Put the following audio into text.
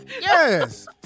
Yes